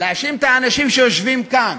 להאשים את האנשים שיושבים כאן,